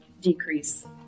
decrease